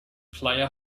player